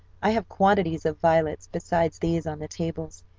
i have quantities of violets besides these on the tables,